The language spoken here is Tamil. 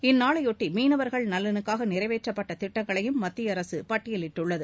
இந்நாளையொட்டி மீனவா்கள் நலனுக்காக நிறைவேற்றப்பட்ட திட்டங்களையும் மத்திய அரசு பட்டியலிட்டுள்ளது